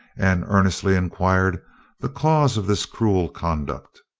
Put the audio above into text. and earnestly enquired the cause of this cruel conduct.